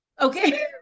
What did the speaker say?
Okay